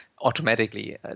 automatically